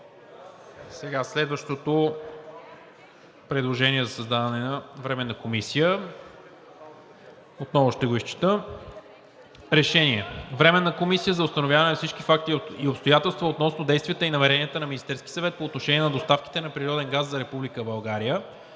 Следващото предложение за създаване на Временна комисия – отново ще го изчета. „РЕШЕНИЕ за създаване на Временна комисия за установяване на всички факти и обстоятелства относно действията и намеренията на Министерския съвет по отношение на доставките на природен газ за Република България.